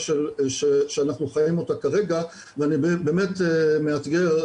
שאנחנו חיים אותה כרגע ואני באמת מאתגר,